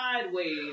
Sideways